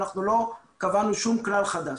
אנחנו לא קבענו שום כלל חדש.